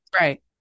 right